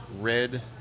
red